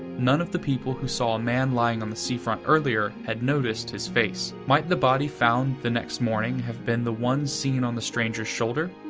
none of the people who saw a man lying on the seafront earlier had noticed his face. might the body found next morning have been the one seen on the stranger's shoulder?